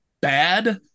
bad